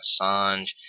Assange